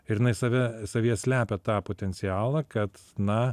ir jinai save savyje slepia tą potencialą kad na